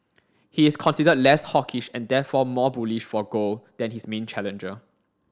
he is considered less hawkish and therefore more bullish for gold than his main challenger